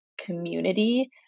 community